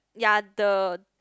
ya the